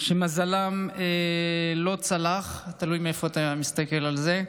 שמזלן לא צלח, תלוי מאיפה אתה מסתכל על זה.